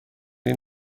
این